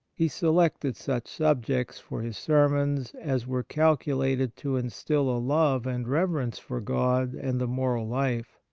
he selected such subjects for his sermons as were calculated to instil a love and reverence for god and the moral life.